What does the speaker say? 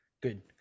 Good